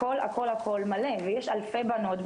הכול הכול מלא ויש אלפי בנות,